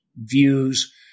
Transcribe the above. views